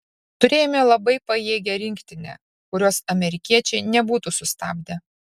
turėjome labai pajėgią rinktinę kurios amerikiečiai nebūtų sustabdę